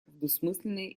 двусмысленные